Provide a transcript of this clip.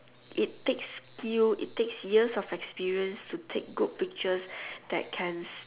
it takes few it takes years of experience to take good pictures that can